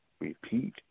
Repeat